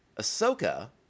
Ahsoka